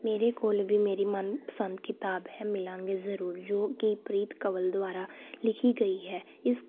ਮੇਰੇ ਕੋਲ ਵੀ ਮੇਰੀ ਮਨਪਸੰਦ ਕਿਤਾਬ ਹੈ ਮਿਲਾਂਗੇ ਜ਼ਰੂਰ ਜੋ ਕਿ ਪ੍ਰੀਤ ਕੰਵਲ ਦੁਆਰਾ ਲਿਖੀ ਗਈ ਹੈ ਇਸ